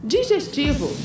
Digestivo